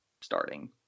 starting